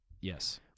Yes